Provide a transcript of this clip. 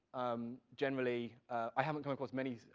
um generally, i haven't come across many,